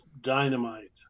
dynamite